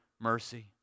mercy